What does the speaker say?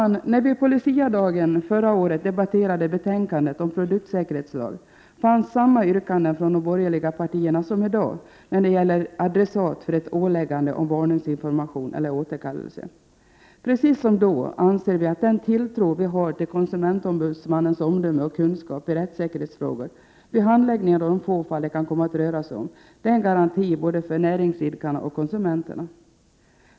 När vi på Luciadagen förra året debatterade betänkandet om produktsäkerhetslag fanns samma yrkanden från de borgerliga partierna som i dag när det gäller adressat för ett åläggande om varningsinformation eller återkallelse. Precis som då anser vi att konsumentombudsmannens omdöme och kunskap i rättssäkerhetsfrågor, som vi har tilltro till, vid handläggningen av de få fall det kan komma att röra sig om är en garanti både för näringsidkarna och för konsumenterna.